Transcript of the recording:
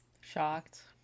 Shocked